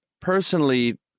personally